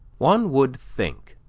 one would think,